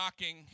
knocking